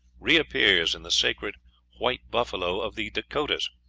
reappears in the sacred white buffalo of the dakotas,